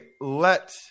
let